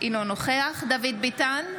אינו נוכח דוד ביטן,